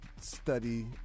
study